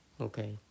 Okay